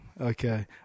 Okay